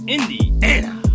Indiana